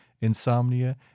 insomnia